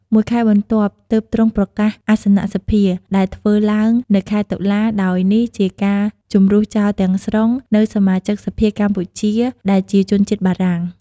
មួយខែបន្ទាប់ទើបទ្រង់ប្រកាសអសនៈសភា ដែលធ្វើឡើងនៅខែតុលា ដោយនេះជាការជម្រុះចោលទាំងស្រុង នូវសមាជិកសភាកម្ពុជាដែលជាជនជាតិបារាំង ។